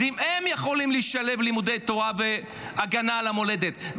אז אם הם יכולים לשלב לימודי תורה והגנה על המולדת,